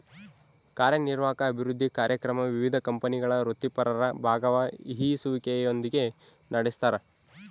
ಕಾರ್ಯನಿರ್ವಾಹಕ ಅಭಿವೃದ್ಧಿ ಕಾರ್ಯಕ್ರಮ ವಿವಿಧ ಕಂಪನಿಗಳ ವೃತ್ತಿಪರರ ಭಾಗವಹಿಸುವಿಕೆಯೊಂದಿಗೆ ನಡೆಸ್ತಾರ